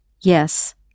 Yes